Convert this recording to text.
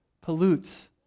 pollutes